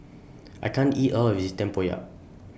I can't eat All of This Tempoyak